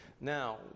Now